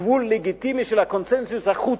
גבול לגיטימי של הקונסנזוס החוצה.